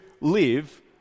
live